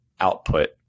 output